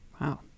wow